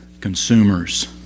consumers